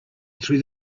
through